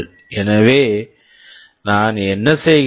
எனவே நான் என்ன செய்கிறேன்